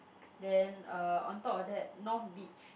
then uh on top of that north beach